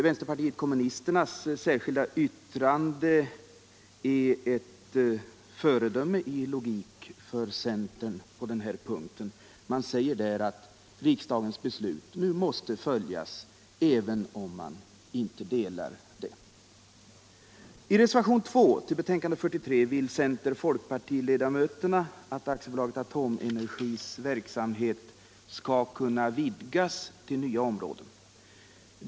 Vänsterpartiet kommunisternas särskilda yttrande är ett föredöme i logik för centern på denna punkt. Man säger där att riksdagens beslut nu måste följas även om man inte delar uppfattningen bakom det. I reservationen 2 till betänkande nr 43 vill center-folkpartiledamöterna att AB Atomenergis verksamhet skall kunna vidgas till nya områden.